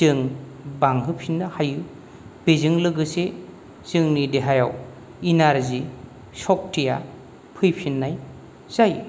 जों बांहोफिननो हायो बेजों लोगोसे जोंनि देहायाव इनार्जि शक्तिया फैफिननाय जायो